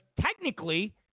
technically